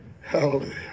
Hallelujah